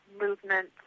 movement